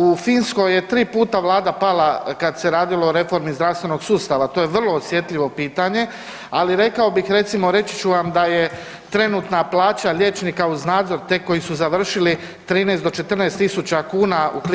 U Finsko je tri puta Vlada pala kad se radilo o reformi zdravstvenog sustava, to je vrlo osjetljivo pitanje, ali rekao bih recimo, reći ću vam da je trenutna plaća liječnika uz nadzor te koji su završili, 130 do 14 000 kn u KB